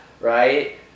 right